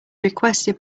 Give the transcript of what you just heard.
requested